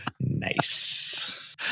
Nice